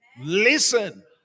listen